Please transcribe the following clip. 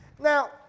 Now